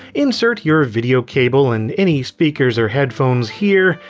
insert your video cable and any speakers or headphones here,